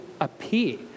appear